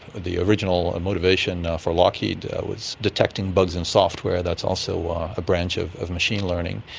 the original and motivation for lockheed was detecting bugs in software, that's also a branch of of machine learning.